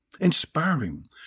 Inspiring